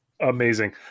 Amazing